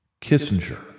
Kissinger